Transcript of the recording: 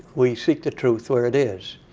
we seek the truth where it is.